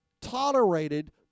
tolerated